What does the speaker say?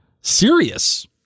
serious